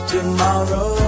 Tomorrow